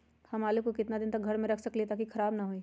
हम आलु को कितना दिन तक घर मे रख सकली ह ताकि खराब न होई?